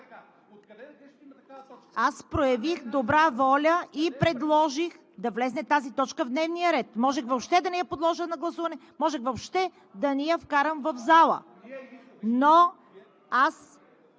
Аз проявих добра воля и предложих да влезе тази точка в дневния ред! Можех въобще да не я подложа на гласуване, можех въобще да не я вкарам в залата,